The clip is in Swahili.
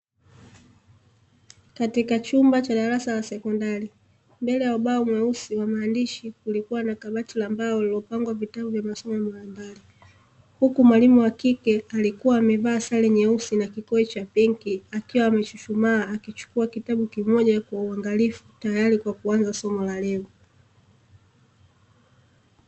Katika chumba cha darasa la sekondari, mbele ya ubao mweusi wa maandishi kulikuwa na kabati la mbao lililopangwa vitabu vya masomo mbalimbali. Huku mwalimu wa kike alikuwa amevaa sare nyeusi na kikoi cha pinki akiwa amechuchumaa na akichukua kitabu kimoja kwa uangalifu tayari kwa kuanza somo la leo.